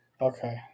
Okay